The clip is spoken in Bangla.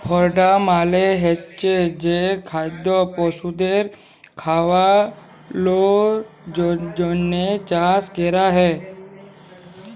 ফডার মালে হচ্ছে যে খাদ্য পশুদের খাওয়ালর জন্হে চাষ ক্যরা হ্যয়